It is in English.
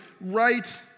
right